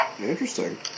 Interesting